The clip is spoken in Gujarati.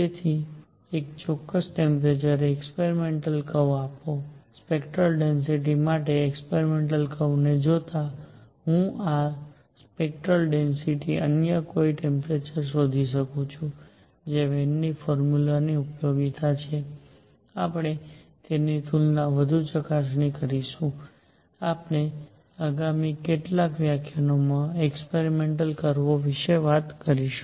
તેથી એક ચોક્કસ ટેમ્પરેચરને એક્સપેરિમેન્ટલકર્વ આપો સ્પેક્ટરલ ડેન્સિટિ માટેના એક્સપેરિમેન્ટલ કર્વને જોતાં હું આ સ્પેક્ટરલ ડેન્સિટિ અન્ય કોઈપણ ટેમ્પરેચરે શોધી શકું છું જે વેનની ફોર્મ્યુલાની ઉપયોગિતા છે આપણે તેની તુલનામાં વધુ ચકાસી શકીશું આપણે આગામી કેટલાક વ્યાખ્યાનોમાં એક્સપેરિમેન્ટલ કર્વો વિશે વાત કરીશું